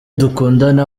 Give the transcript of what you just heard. dukundane